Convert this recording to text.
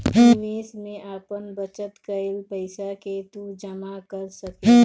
निवेश में आपन बचत कईल पईसा के तू जमा कर सकेला